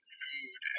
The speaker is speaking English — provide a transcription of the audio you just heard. food